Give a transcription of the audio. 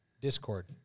Discord